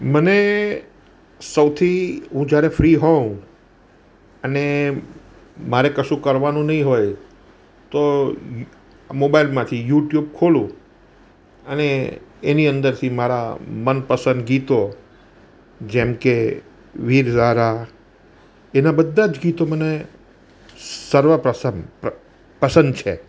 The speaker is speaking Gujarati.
મને સૌથી હું જ્યારે ફ્રી હોઉં અને મારે કશું કરવાનું નહીં હોય તો મોબાઈલમાંથી યુટ્યુબ ખોલું અને એની અંદરથી મારા મનપસંદ ગીતો જેમ કે વિરઝારા એના બધા જ ગીતો મને સર્વપ્રસન્ન પસંદ છે